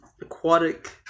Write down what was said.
aquatic